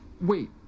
Wait